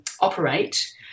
Operate